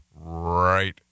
right